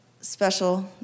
special